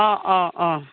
অঁ অঁ অঁ